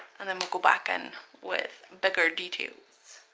and then we'll go back in with bigger details.